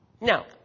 Now